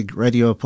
radio